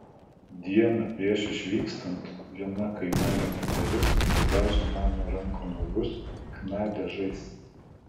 dieną prieš išvykstant viena kaimelio moteris nudažė mano rankų nagus chna dažais